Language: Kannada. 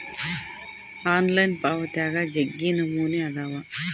ಆನ್ಲೈನ್ ಪಾವಾತ್ಯಾಗ ಜಗ್ಗಿ ನಮೂನೆ ಅದಾವ